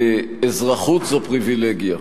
אזרחות זו פריווילגיה.